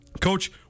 Coach